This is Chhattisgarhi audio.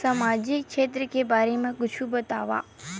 सामाजिक क्षेत्र के बारे मा कुछु बतावव?